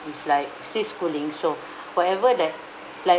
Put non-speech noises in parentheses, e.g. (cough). it's like sis bullying so (breath) whatever that like